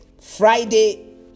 Friday